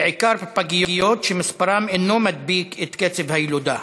בעיקר בפגיות, ומספרם איננו מדביק את קצב הילודה.